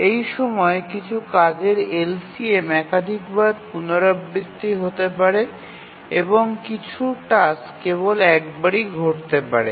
এই সময়ে কিছু কাজের এলসিএম একাধিকবার পুনরাবৃত্তি হতে পারে এবং কিছু টাস্ক কেবল একবারই ঘটতে পারে